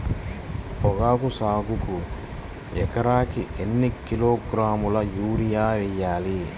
పొగాకు సాగుకు ఎకరానికి ఎన్ని కిలోగ్రాముల యూరియా వేయాలి?